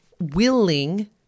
willing